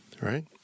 right